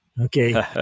okay